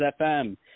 FM